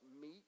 meat